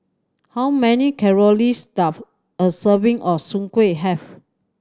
how many calories does a serving of Soon Kuih have